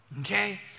okay